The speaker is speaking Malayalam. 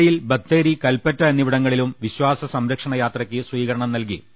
ജില്ലയിൽ ബത്തേരി കൽപ്പറ്റ എന്നിവിടങ്ങളിലും വിശ്വാസ സംരക്ഷണയാത്രയ്ക്ക് സ്വീകരണം നൽകി